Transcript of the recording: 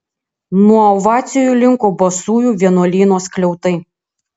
nuo ovacijų linko basųjų vienuolyno skliautai